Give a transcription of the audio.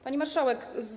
Pani Marszałek!